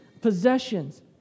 possessions